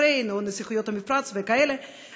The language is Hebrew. בחריין או נסיכויות המפרץ וכאלה,